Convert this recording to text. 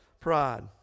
pride